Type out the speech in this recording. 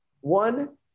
One